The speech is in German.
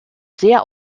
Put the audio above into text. sehr